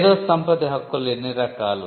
మేధో సంపత్తి హక్కులు ఎన్ని రకాలు